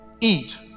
eat